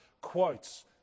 quotes